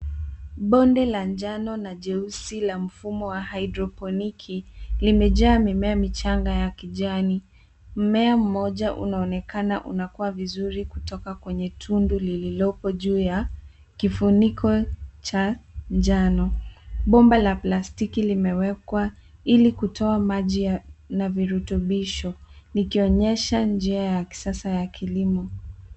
Bonde la njano na jeusi la mfumo wa hydroponiki limejaa mimea michanga ya kijani ,mmea mmoja unaonekana unakua vizuri kutoka kwenye tundu lililoko juu ya kifuniko cha njano, bomba la plastiki limewekwa ili kutoa maji ya na virutubisho likionyesha njia ya kisasa ya kilimo.